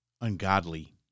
ungodly